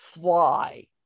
fly